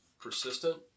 persistent